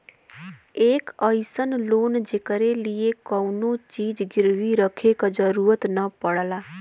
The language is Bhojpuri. एक अइसन लोन जेकरे लिए कउनो चीज गिरवी रखे क जरुरत न पड़ला